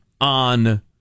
on